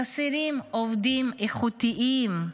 חסרים עובדים איכותיים,